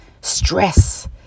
stress